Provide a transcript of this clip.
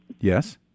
yes